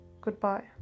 goodbye